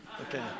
Okay